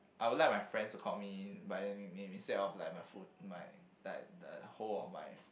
I would like my friends to call me by the nickname instead of like my full my that the whole of my